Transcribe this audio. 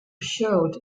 showed